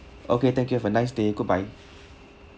okay thank you have a nice day goodbye